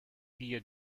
figlia